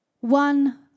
one